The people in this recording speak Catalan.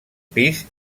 pis